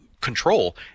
control